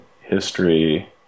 history